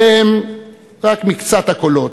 אלה הם רק מקצת הקולות,